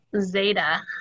Zeta